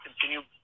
continue